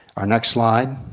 ah next slide.